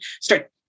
start